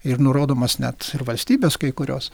ir nurodomos net ir valstybės kai kurios